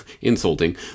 insulting